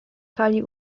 kali